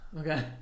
Okay